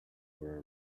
were